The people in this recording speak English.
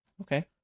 Okay